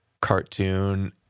cartoon